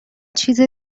چیز